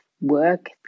work